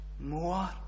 more